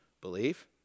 Believe